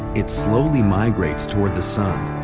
it slowly migrates toward the sun.